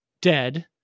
dead